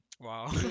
Wow